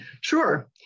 Sure